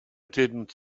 didn’t